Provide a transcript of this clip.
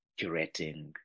curating